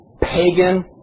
pagan